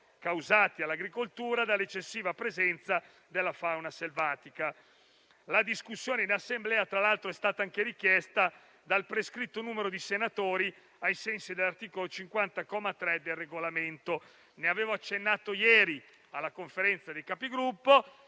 causati all'agricoltura dall'eccessiva presenza della fauna selvatica. La discussione in Assemblea, tra l'altro, è stata anche richiesta dal prescritto numero di senatori, ai sensi dell'articolo 50, comma 3, del Regolamento. Ne avevo accennato ieri in sede di Conferenza dei Capigruppo.